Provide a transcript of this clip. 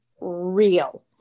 real